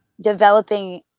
developing